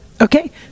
Okay